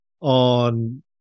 on